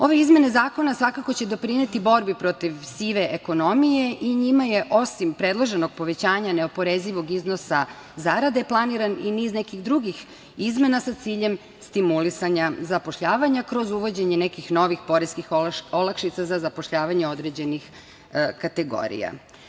Ove izmene zakona svakako će doprineti borbi protiv sive ekonomije i njima je, osim predloženog povećanja neoporezivog iznosa zarade, planiran i niz nekih drugih izmena sa ciljem stimulisanja zapošljavanja kroz uvođenje nekih novih poreskih olakšica za zapošljavanje određenih kategorija.